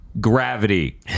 gravity